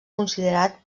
considerat